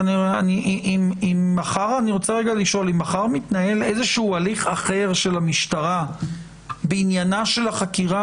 אם מחר מתנהל איזשהו הליך אחר של המשטרה בעניינה של החקירה,